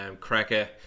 Cracker